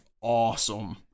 awesome